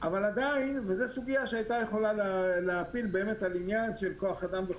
זאת סוגיה שמשפיעה על העניינים של כוח אדם,